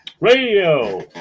Radio